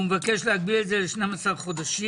הוא מבקש להגביל את זה ל-12 חודשים,